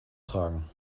tragen